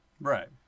right